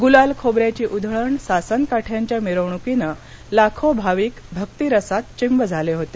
गुलाल खोबऱ्याची उधळण सासन काठ्यांच्या मिरवणुकीनं लाखो भाविक भक्तीरसात चिंब झाले होते